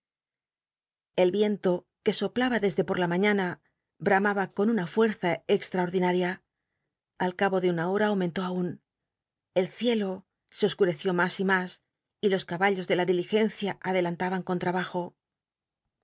el viento que soplaba desde por la maiiana bra maba con una fuerza extraordina ria al cabo tic una hom aumentó aún el ciclo se os tlreció nras y mas y los caballos de la diligencia adelantaban con trabajo